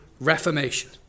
reformation